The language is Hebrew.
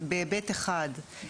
בהיבט אחד,